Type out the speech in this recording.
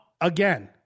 again